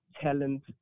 talent